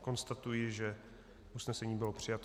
Konstatuji, že usnesení bylo přijato.